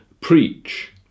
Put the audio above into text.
preach